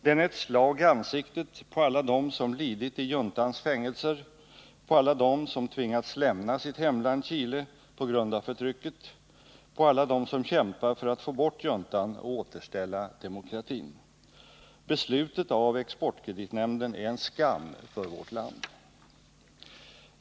Den är ett slag i ansiktet på alla dem som lidit i juntans fängelser, på alla dem som tvingats lämna sitt hemland Chile på grund av förtrycket och på alla dem som kämpar för att få bort juntan och återställa demokratin. Beslutet av Exportkreditnämnden är en skam för vårt land.